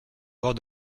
bord